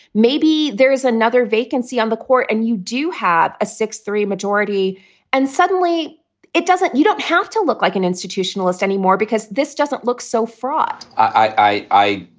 maybe there's another vacancy on the court and you do have a six three majority and suddenly it doesn't. you don't have to look like an institutionalist anymore because this doesn't look so fraught i,